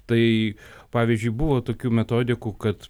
tai pavyzdžiui buvo tokių metodikų kad